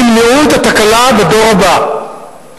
ימנעו את התקלה בדור הבא.